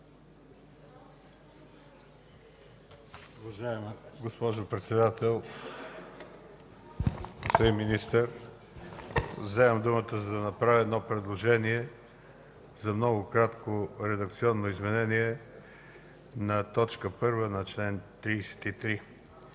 Уважаема госпожо Председател, господин Министър! Вземам думата, за да направя едно предложение за много кратко редакционно изменение на т. 1 на чл. 33.